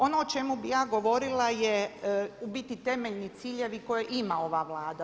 Ono o čemu bih ja govorila je u biti temeljni ciljevi koje ima ova Vlada.